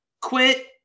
quit